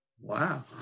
Wow